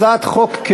הצבעה, רבותי.